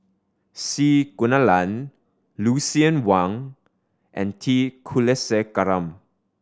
C Kunalan Lucien Wang and T Kulasekaram